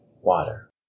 Water